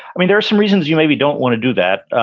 i mean, there are some reasons you maybe don't want to do that.